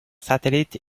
satellites